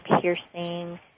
piercing